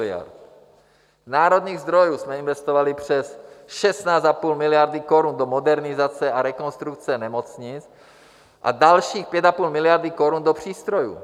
Z národních zdrojů jsme investovali přes 16,5 miliardy korun do modernizace a rekonstrukce nemocnic a dalších 5,5 miliardy korun do přístrojů.